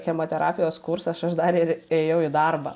chemoterapijos kursas aš dar ir ėjau į darbą